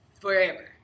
forever